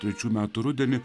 trečių metų rudenį